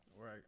right